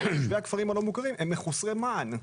ותושבי הכפרים הלא מוכרים הם מחוסרי מען.